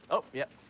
oh, yeah.